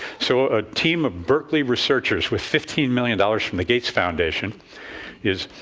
so, a team of berkeley researchers with fifteen million dollars from the gates foundation is